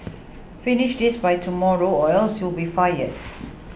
finish this by tomorrow or else you'll be fired